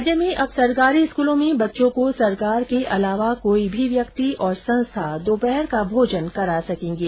राज्य में अब सरकारी स्कूलों में बच्चों को सरकार के अलावा कोई भी व्यक्ति और संस्था दोपहर का भोजन करा सकेंगे